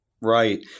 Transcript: Right